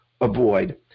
avoid